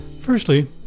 Firstly